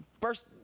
first